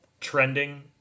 trending